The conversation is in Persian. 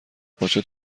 پاچه